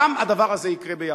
גם הדבר הזה יקרה ביחד.